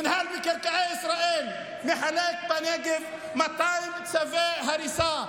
מינהל מקרקעי ישראל מחלק בנגב 200 צווי הריסה.